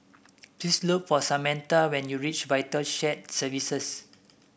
please look for Samantha when you reach Vital Shared Services